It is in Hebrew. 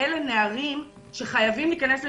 שאלה נערים שחייבים להיכנס למסגרות,